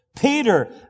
Peter